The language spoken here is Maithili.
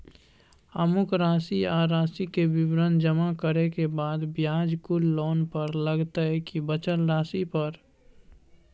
अमुक राशि आ राशि के विवरण जमा करै के बाद ब्याज कुल लोन पर लगतै की बचल राशि पर?